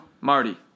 Marty